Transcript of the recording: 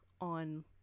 on